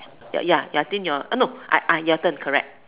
ya ya I think your eh no I I your turn correct